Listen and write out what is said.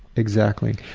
exactly,